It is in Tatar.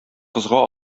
кызга